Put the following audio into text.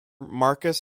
marcus